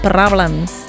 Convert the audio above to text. Problems